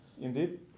Indeed